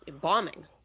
bombing